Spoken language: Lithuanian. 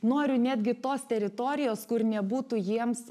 noriu netgi tos teritorijos kur nebūtų jiems